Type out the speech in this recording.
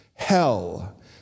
hell